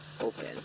open